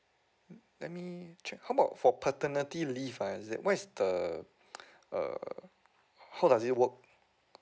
let me check how about for paternity leave ah is it what's the err how does it work